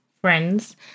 friends